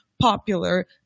popular